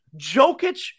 Jokic